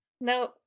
No